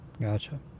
gotcha